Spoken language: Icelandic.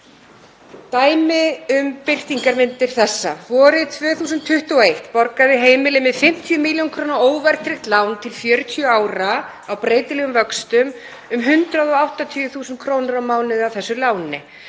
Dæmi um birtingarmyndir þessa: Vorið 2021 borgaði heimili með 50 millj. kr. óverðtryggt lán til 40 ára á breytilegum vöxtum um 180.000 kr. á mánuði af því láni.